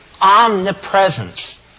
omnipresence